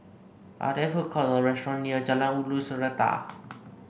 are there food court or restaurant near Jalan Ulu Seletar